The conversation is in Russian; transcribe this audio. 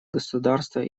государства